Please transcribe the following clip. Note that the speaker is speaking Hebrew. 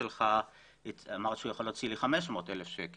זה כמובן ביטלתי אותם ולא שילמתי אותם.